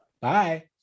bye